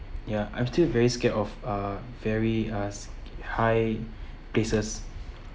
ya I'm still very scared of uh very uh high places